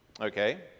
Okay